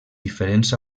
diferents